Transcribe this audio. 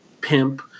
pimp